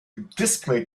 display